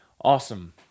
Awesome